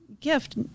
gift